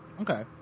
Okay